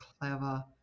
clever